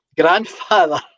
grandfather